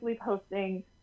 posting